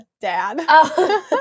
Dad